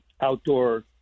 outdoor